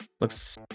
looks